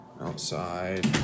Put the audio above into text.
outside